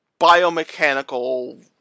Biomechanical